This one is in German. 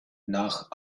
nach